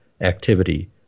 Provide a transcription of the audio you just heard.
activity